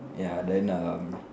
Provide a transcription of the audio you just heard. ya then um